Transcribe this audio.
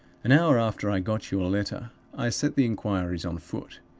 an hour after i got your letter i set the inquiries on foot.